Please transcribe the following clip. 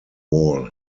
wall